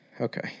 okay